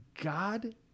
God